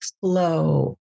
flow